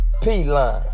P-Line